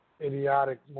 idiotic